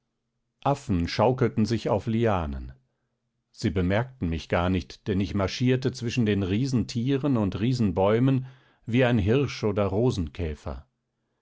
affen schaukelten sich auf lianen sie bemerkten mich gar nicht denn ich marschierte zwischen den riesentieren und riesenbäumen wie ein hirsch oder